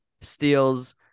steals